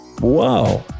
Whoa